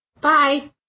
Bye